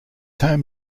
home